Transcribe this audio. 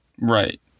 Right